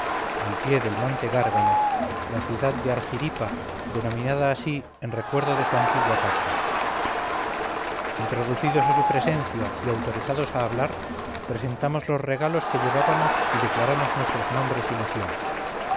al pie del monte gárgano la ciudad de argiripa denominada así en recuerdo de su antigua patria introducidos a su presencia y autorizados a hablar presentamos los regalos que llevábamos y declaramos nuestros nombres y nación